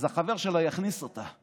אז החבר שלה יכניס אותה.